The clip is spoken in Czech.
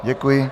Děkuji.